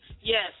Yes